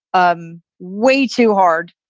um way too hard.